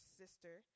sister